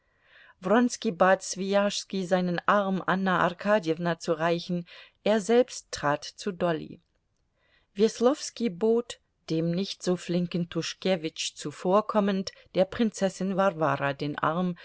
seinen arm anna arkadjewna zu reichen er selbst trat zu dolly weslowski bot dem nicht so flinken tuschkewitsch zuvorkommend der prinzessin warwara den arm